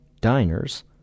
diners